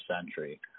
century